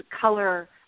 color